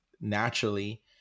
naturally